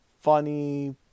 funny